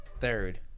third